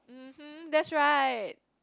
uh that's right